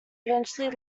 eventually